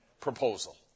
proposal